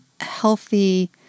healthy